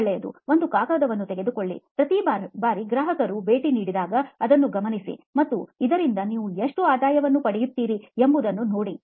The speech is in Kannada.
ಒಳ್ಳೆಯದು ಒಂದು ಕಾಗದವನ್ನು ತೆಗೆದುಕೊಳ್ಳಿ ಪ್ರತಿ ಬಾರಿ ಗ್ರಾಹಕರು ಭೇಟಿ ನೀಡಿದಾಗ ಅದನ್ನು ಗಮನಿಸಿ ಮತ್ತು ಇದರಿಂದ ನೀವು ಎಷ್ಟು ಆದಾಯವನ್ನು ಪಡೆಯುತ್ತೀರಿ ಎಂಬುದನ್ನು ನೋಡಿ